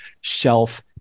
shelf